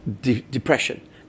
depression